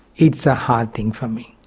it's a hard thing for me.